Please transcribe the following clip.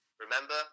Remember